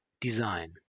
design